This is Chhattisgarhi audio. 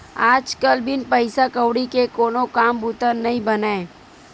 आज कल बिन पइसा कउड़ी के कोनो काम बूता नइ बनय